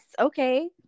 okay